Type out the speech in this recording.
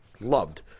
Loved